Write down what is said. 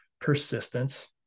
persistence